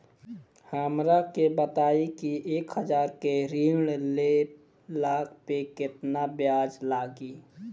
हमरा के बताई कि एक हज़ार के ऋण ले ला पे केतना ब्याज लागी?